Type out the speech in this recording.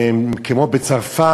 כמו בצרפת,